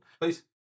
Please